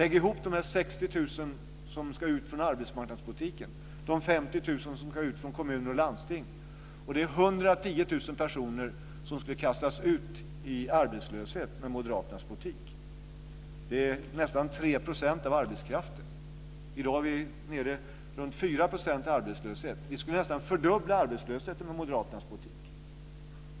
Lägg ihop de 60 000 som ska ut från arbetsmarknadspolitiken med de 50 000 som ska ut från kommuner och landsting och det blir 110 000 personer som skulle kastas ut i arbetslöshet med Moderaternas politik. Det motsvarar nästan 3 % av arbetskraften. I dag är vi nere i runt 4 % arbetslöshet.